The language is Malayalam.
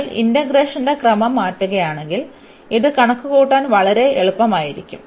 നിങ്ങൾ ഇന്റഗ്രേഷന്റെ ക്രമം മാറ്റുകയാണെങ്കിൽ ഇത് കണക്കുകൂട്ടാൻ വളരെ എളുപ്പമായിരിക്കും